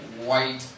white